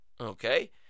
okay